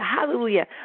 hallelujah